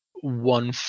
one